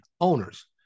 owners